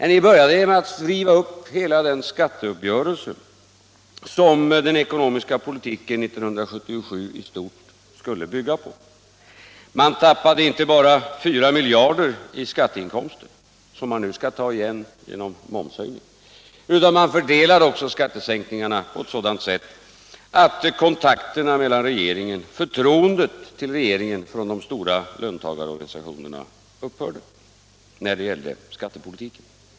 Ni började med att riva upp hela den skatteuppgörelse som den ekonomiska politiken 1977 i stort skulle bygga på. Man tappade inte bara 4 miljarder i skatteinkomster, som man nu skall ta igen genom momshöjningen, utan man fördelade också skattesänkningarna på ett sådant sätt att förtroendet till regeringen från de stora löntagarorganisationernas sida upphörde när det gällde skattepolitiken.